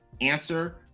answer